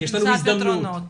תמצא פתרונות.